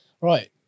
Right